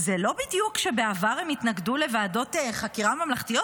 זה לא בדיוק שבעבר הם התנגדו לוועדות חקירה ממלכתיות.